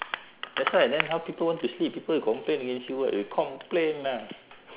that's why then how people want to sleep people complain against you [what] they'll complain lah